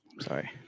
sorry